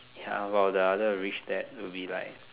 ya got the other rich dad will be like